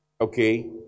okay